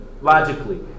logically